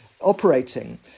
Operating